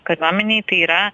kariuomenei tai yra